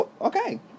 Okay